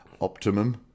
optimum